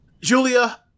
Julia